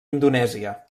indonèsia